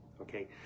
Okay